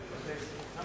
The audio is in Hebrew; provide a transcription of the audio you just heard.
אזרחי ישראל.